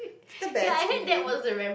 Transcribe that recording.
the best feeling